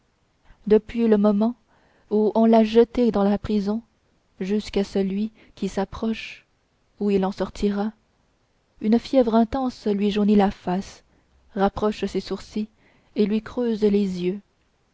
depuis le moment où on l'a jeté dans la prison jusqu'à celui qui s'approche où il en sortira une fièvre intense lui jaunit la face rapproche ses sourcils et lui creuse les yeux